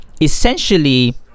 essentially